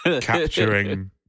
capturing